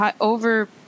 over